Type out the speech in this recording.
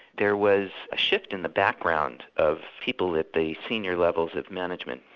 there was a shift in the background of people at the senior levels of management,